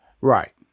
Right